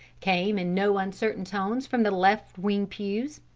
came in no uncertain tones from the left wing pews,